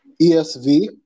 ESV